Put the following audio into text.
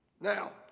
Now